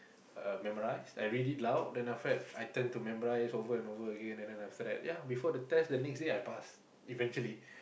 uh memorise I read it loud then after that I turn to memorise over and over again and then after that ya before the test the next day I pass eventually